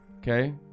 Okay